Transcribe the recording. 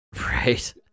Right